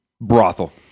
brothel